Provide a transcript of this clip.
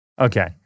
Okay